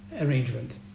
arrangement